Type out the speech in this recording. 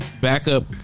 backup